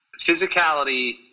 physicality